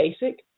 basic